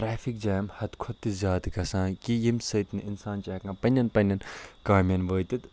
traffic jam حَد کھۄتہٕ تہٕ زیاد گَژھان کہ ییٚمہِ سۭتۍ نہٕ اِنسان چھُ ہیٚکان پَننٮ۪ن پَننٮ۪ن کامٮ۪ن وٲتِتھ